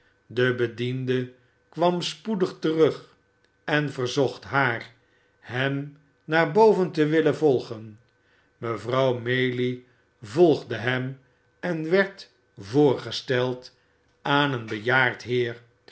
de bediende kwam spoedig terug en verzocht haar hem naar boven te willen volgen mejuffrouw maylie volgde hem en werd voorgesteld aan een bejaard heer